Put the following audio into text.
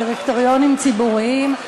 בדירקטוריונים ציבוריים.